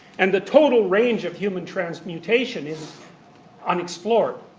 and the total range of human transmutation is unexplored.